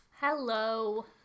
hello